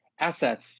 assets